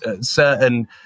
certain